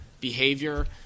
behavior